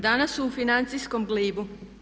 Danas su u financijskom glibu.